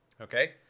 okay